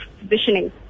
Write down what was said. positioning